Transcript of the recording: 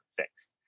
fixed